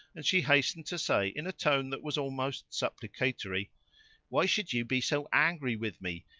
and she hastened to say in a tone that was almost supplicatory why should you be so angry with me?